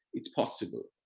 it's possible.